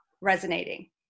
resonating